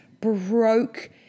broke